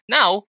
Now